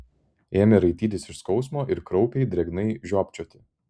ėmė raitytis iš skausmo ir kraupiai drėgnai žiopčioti